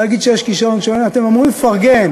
להגיד שיש כישלון, אתם אמורים לפרגן.